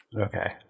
Okay